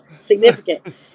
Significant